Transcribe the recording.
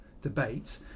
debate